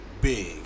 big